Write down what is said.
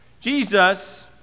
Jesus